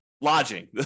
Lodging